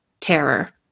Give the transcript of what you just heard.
terror